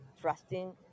trusting